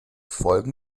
folgen